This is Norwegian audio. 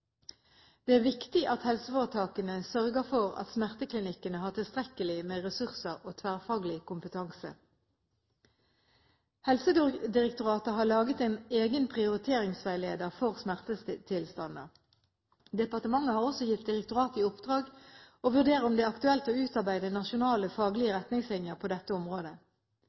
Det er viktig at helseforetakene sørger for at smerteklinikkene har tilstrekkelig med ressurser og tverrfaglig kompetanse. Helsedirektoratet har laget en egen prioriteringsveileder for smertetilstander. Departementet har også gitt direktoratet i oppdrag å vurdere om det er aktuelt å utarbeide nasjonale faglige retningslinjer på dette området.